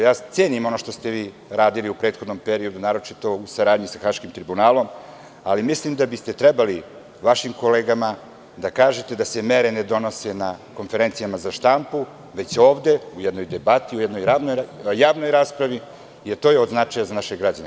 Ja cenim ono što ste vi radili u prethodnom periodu, naročito u saradnji sa Haškim tribunalom, ali mislim da biste trebali vašim kolegama da kažete da se mere ne donose na konferencijama za štampu, već ovde, u jednoj debati, u jednoj javnoj raspravi, jer to je od značaja za naše građane.